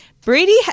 Brady